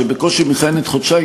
שבקושי מכהנת חודשיים,